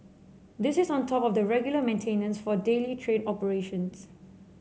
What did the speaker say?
this is on top of the regular maintenance for daily train operations